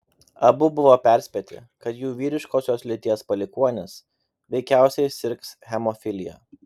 abu buvo perspėti kad jų vyriškosios lyties palikuonis veikiausiai sirgs hemofilija